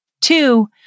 Two